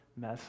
mess